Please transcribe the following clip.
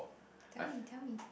tell me tell me